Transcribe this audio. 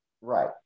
right